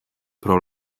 pro